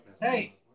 Hey